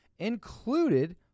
included